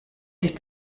die